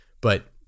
But-